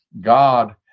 God